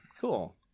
Cool